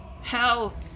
hell